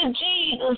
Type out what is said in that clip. Jesus